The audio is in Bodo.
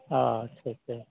आच्छा आच्छा